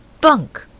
Bunk